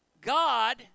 God